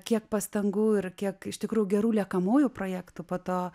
kiek pastangų ir kiek iš tikrųjų gerų liekamųjų projektų po to